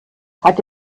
hat